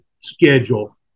schedule